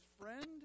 friend